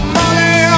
money